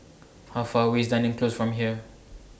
How Far away IS Dunearn Close from here